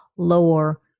lower